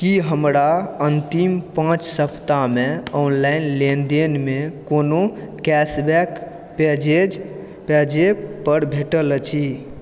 की हमरा अन्तिम पाँच सप्ताहमे ऑनलाइन लेनदेनमे कोनो कैशबैक पेजैपपर भेटल अछि